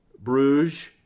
Bruges